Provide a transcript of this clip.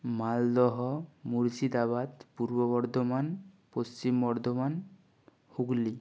Malda Murshidabad Purba Bardhaman Paschim Bardhaman Hooghly